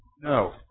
No